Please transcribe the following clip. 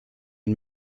den